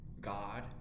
God